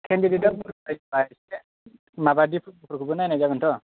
केन्दिडेटआ माबा डिप्ल'माफोरखौबो नायनाय जागोनथ'